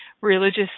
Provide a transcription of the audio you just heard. religious